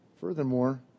Furthermore